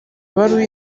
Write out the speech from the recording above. baruwa